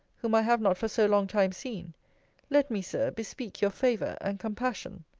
whom i have not for so long time seen let me, sir, bespeak your favour and compassion.